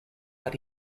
but